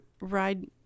ride